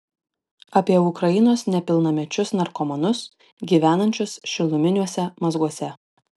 apie ukrainos nepilnamečius narkomanus gyvenančius šiluminiuose mazguose